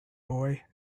boy